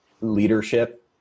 Leadership